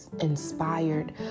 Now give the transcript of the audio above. inspired